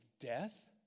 death